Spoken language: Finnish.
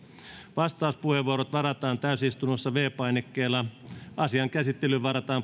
vastauspuheenvuorot varataan täysistunnossa viidennellä painikkeella asian käsittelyyn varataan